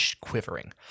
quivering